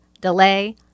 delay